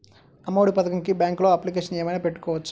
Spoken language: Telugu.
అమ్మ ఒడి పథకంకి బ్యాంకులో అప్లికేషన్ ఏమైనా పెట్టుకోవచ్చా?